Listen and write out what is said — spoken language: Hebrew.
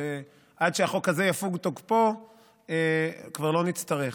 שעד שיפוג תוקפו של החוק הזה כבר לא נצטרך.